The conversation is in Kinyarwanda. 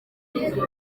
mbere